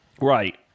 Right